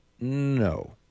No